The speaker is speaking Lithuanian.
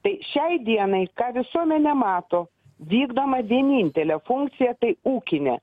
tai šiai dienai ką visuomenė mato vykdoma vienintelė funkcija tai ūkinė